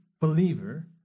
Believer